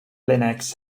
linux